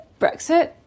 Brexit